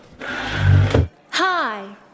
Hi